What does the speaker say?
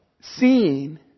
seeing